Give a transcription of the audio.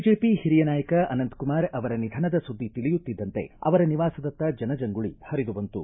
BJP ಹಿರಿಯ ನಾಯಕ ಅನಂತಕುಮಾರ್ ಅವರ ನಿಧನದ ಸುದ್ದಿ ತಿಳಿಯುತ್ತಿದ್ದಂತೆ ಅವರ ನಿವಾಸದತ್ತ ಜನಜಂಗುಳಿ ಹರಿದುಬಂತು